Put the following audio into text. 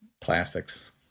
classics